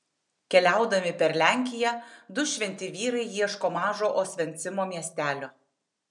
keliaudami per lenkiją du šventi vyrai ieško mažo osvencimo miestelio